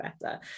better